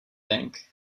bank